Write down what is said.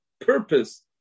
purpose